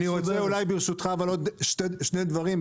אני רוצה ברשותך עוד שני דברים.